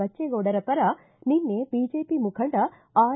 ಬಚ್ವೇಗೌಡರ ಪರ ನಿನ್ನೆ ಬಿಜೆಪಿ ಮುಖಂಡ ಆರ್